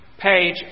page